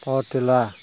power tiller